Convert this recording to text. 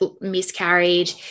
miscarried